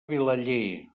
vilaller